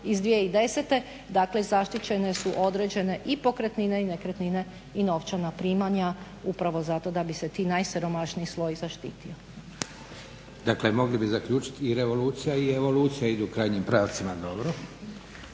iz 2010.dakle zaštićene su određene i pokretnine i novčana primanja upravo zato da bi se taj najsiromašniji sloj zaštitio. **Leko, Josip (SDP)** Dakle mogli bi zaključiti, i revolucija i evolucija idu krajnjim pravcima. Dobro.